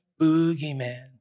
boogeyman